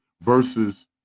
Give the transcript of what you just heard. Versus